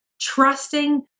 Trusting